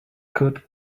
good